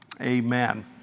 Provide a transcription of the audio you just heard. amen